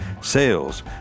sales